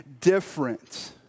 different